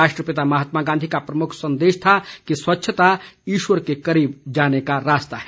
राष्ट्रपिता महात्मा गांधी का प्रमुख संदेश था कि स्वच्छता ईश्वर के करीब जाने का रास्ता है